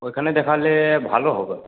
ওইখানে দেখালে ভালো হবে